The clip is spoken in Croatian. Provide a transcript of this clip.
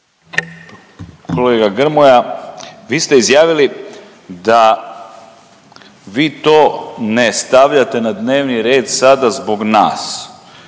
Kolega Grmoja, vi ste izjavili da vi to ne stavljate na dnevni red sada zbog nas